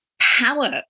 power